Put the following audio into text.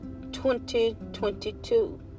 2022